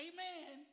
Amen